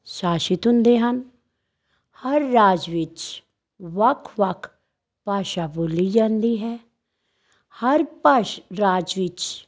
ਸ਼ਾਸਿਤ ਹੁੰਦੇ ਹਨ ਹਰ ਰਾਜ ਵਿੱਚ ਵੱਖ ਵੱਖ ਭਾਸ਼ਾ ਬੋਲੀ ਜਾਂਦੀ ਹੈ ਹਰ ਭਾਸ਼ ਰਾਜ ਵਿੱਚ